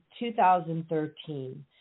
2013